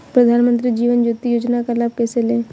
प्रधानमंत्री जीवन ज्योति योजना का लाभ कैसे लें?